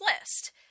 list